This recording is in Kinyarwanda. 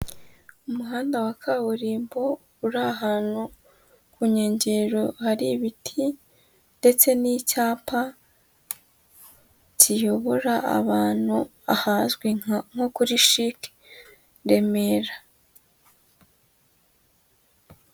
Umuhanda wa kaburimbo uri ahantu ku nkengero hari ibiti ndetse n'icyapa kiyobora abantu ahazwi nko kuri shike i Remera.